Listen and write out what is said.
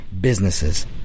businesses